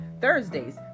Thursdays